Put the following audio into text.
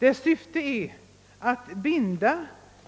Dess syf te är att binda